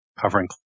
covering